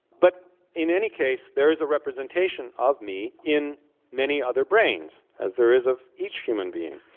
but in any case, there is a representation of me in many other brains, as there is of each human being.